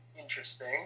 interesting